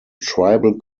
tribal